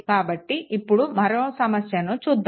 కాబట్టి ఇప్పుడు మరో సమస్యని చూద్దాము